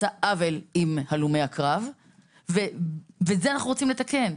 את זה אנחנו רוצים לתקן,